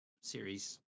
series